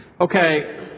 Okay